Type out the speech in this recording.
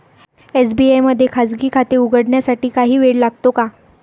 SBI मध्ये खाजगी खाते उघडण्यासाठी काही वेळ लागतो का?